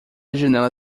janela